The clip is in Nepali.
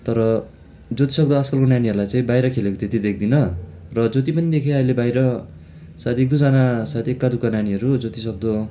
तर जतिसक्दो आजकलको नानीहरूलाई चाहिँ बाहिर खेलेको त्यति देख्दिनँ र जति पनि देखेँ अहिले बाहिर सायद एक दुईजना सायद एक्का दुक्का नानीहरू जतिसक्दो